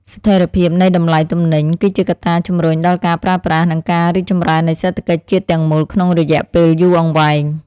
ស្ថិរភាពនៃតម្លៃទំនិញ គឺជាកត្តាជម្រុញដល់ការប្រើប្រាស់ និងការរីកចម្រើននៃសេដ្ឋកិច្ចជាតិទាំងមូលក្នុងរយៈពេលយូរអង្វែង។